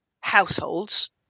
households